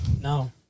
No